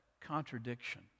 contradiction